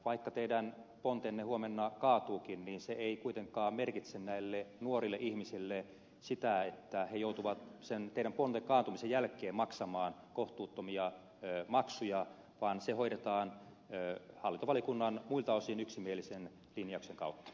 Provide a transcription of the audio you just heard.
vaikka teidän pontenne huomenna kaatuukin se ei kuitenkaan merkitse näille nuorille ihmisille sitä että he joutuvat sen teidän pontenne kaatumisen jälkeen maksamaan kohtuuttomia maksuja vaan asia hoidetaan hallintovaliokunnan muilta osin yksimielisen linjauksen kautta